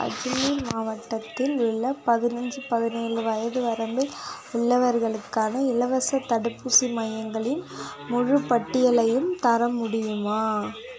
அஜ்ஜிமீர் மாவட்டத்தில் உள்ள பதினைஞ்சு பதினேழு வயது வரம்பில் உள்ளவர்களுக்கான இலவசத் தடுப்பூசி மையங்களின் முழுப் பட்டியலையும் தர முடியுமா